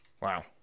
Wow